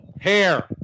hair